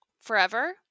Forever